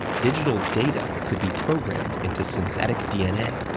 digital data could be programmed into synthetic dna,